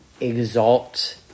exalt